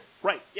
Right